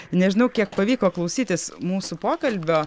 nežinau kiek pavyko klausytis mūsų pokalbio